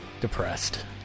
depressed